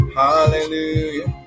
hallelujah